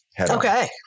Okay